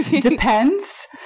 depends